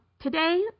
today